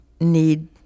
need